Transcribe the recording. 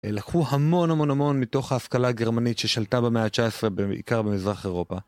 לקחו המון המון המון מתוך ההשכלה הגרמנית ששלטה במאה ה-19 בעיקר במזרח אירופה.